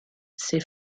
ses